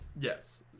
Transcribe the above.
Yes